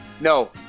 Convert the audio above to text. No